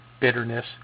bitterness